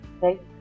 right